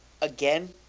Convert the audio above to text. Again